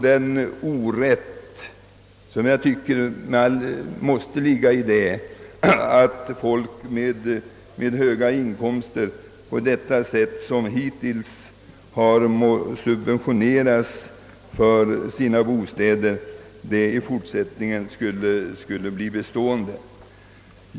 Den orätt som måste ligga däri att folk med höga inkomster subventioneras för sina bostäder på det sätt som hittills skett skulle bli bestående även i fortsättningen.